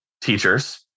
teachers